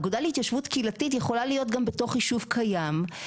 אגודת להתיישבות קהילתית יכולה להיות גם בתוך יישוב קיים,